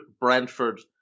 Brentford